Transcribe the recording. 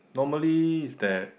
normally is that